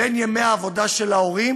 בין מספר ימי העבודה של ההורים